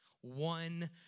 One